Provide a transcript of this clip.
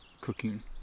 cooking